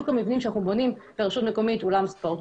המבנים שאנחנו בונים ברשות מקומית אולם ספורט.